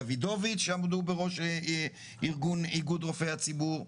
דווידוביץ' שעמדו בראש איגוד רופאי הציבור,